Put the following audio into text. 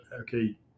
Okay